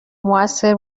موثر